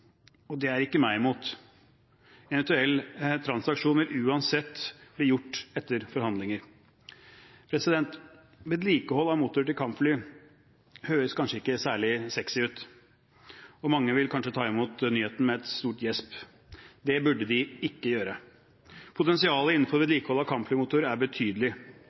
invitasjon. Det er ikke meg imot. En eventuell transaksjon vil uansett bli gjort etter forhandlinger. Vedlikehold av motorer til kampfly høres kanskje ikke særlig sexy ut, og mange vil kanskje ta imot nyheten med et stort gjesp. Det burde de ikke gjøre. Potensialet innenfor vedlikehold av kampflymotorer er betydelig.